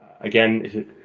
again